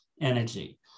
energy